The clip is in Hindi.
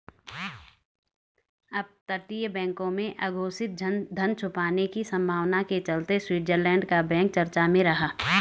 अपतटीय बैंकों में अघोषित धन छुपाने की संभावना के चलते स्विट्जरलैंड का बैंक चर्चा में रहा